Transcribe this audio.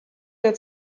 der